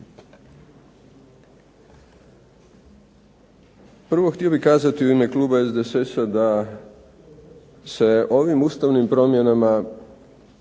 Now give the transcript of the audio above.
Prvo htio bih kazati u ime kluba SDSS-a da se ovim Ustavnim promjenama